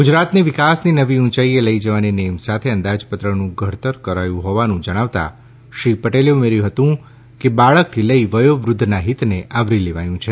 ગુજરાતને વિકાસની નવી ઊંચાઈએ લઈ જવાની નેમ સાથે અંદાજપત્રનું ઘડતર કરાયું હોવાનું જણાવતાં શ્રી પટેલે ઉમેર્યું હતું કે બાળકથી લઈ વયોવૃધ્ધના હિતને આવરી લેવાયું છે